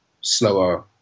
slower